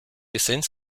пісень